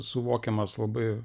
suvokiamas labai